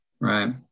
Right